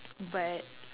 but